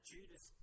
Judas